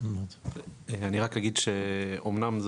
אני רק אגיד שאמנם,